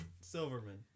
Silverman